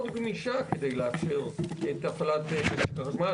גמישה כדי לאפשר את הפעלת משק החשמל.